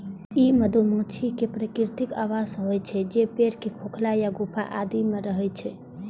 ई मधुमाछी के प्राकृतिक आवास होइ छै, जे पेड़ के खोखल या गुफा आदि मे रहै छै